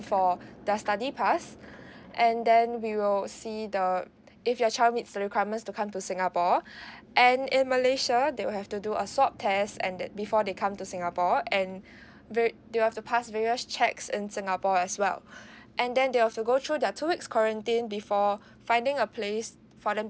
for their study pass and then we will see the if your child needs the requirements to come to singapore and in malaysia they will have to do a swab test and that before they come to singapore and they will have to pass various checks in singapore as well and then they will have to go through their two weeks quarantine before finding a place for them